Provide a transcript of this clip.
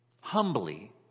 humbly